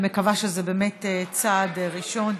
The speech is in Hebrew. אני מקווה שזה באמת צעד ראשון.